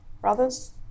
brothers